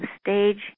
stage